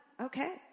Okay